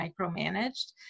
micromanaged